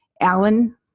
alan